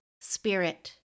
spirit